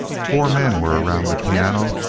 four men were around the piano,